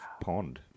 pond